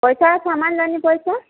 ପଇସା ସାମାନ୍ ଯାନକି ପଇସା